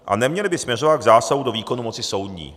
A neměly by směřovat k zásahu do výkonu moci soudní.